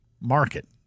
market